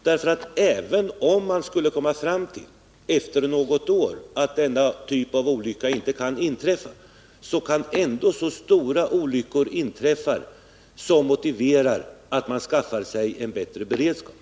Även om man efter något år skulle komma fram till att denna typ av olyckor inte kan inträffa, så kan ändå så stora olyckor inträffa som motiverar att man skaffar sig en bättre beredskap.